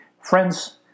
Friends